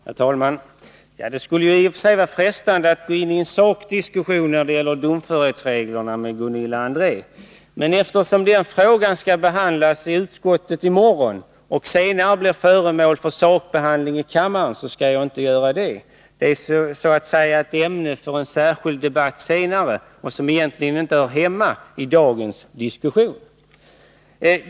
Herr talman! Det skulle i och för sig vara frestande att gå in i en sakdiskussion med Gunilla André när det gäller domförhetsreglerna, men eftersom den frågan skall behandlas i utskottet i morgon och senare blir föremål för sakbehandling i kammaren, skall jag inte göra det. Det är ett ämne för en särskild debatt senare och hör egentligen inte hemma i dagens diskussion.